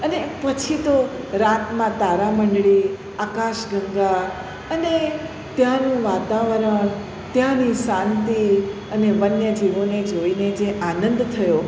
અને પછી તો રાતમાં તારા મંડળી આકાશ ગંગા અને ત્યાંનું વાતાવરણ ત્યાંની શાંતિ અને વન્ય જીવોને જોઈને જે આનંદ થયો